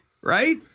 right